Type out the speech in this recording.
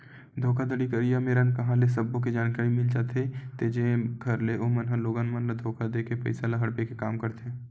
धोखाघड़ी करइया मेरन कांहा ले सब्बो के जानकारी मिल जाथे ते जेखर ले ओमन ह लोगन मन ल धोखा देके पइसा ल हड़पे के काम करथे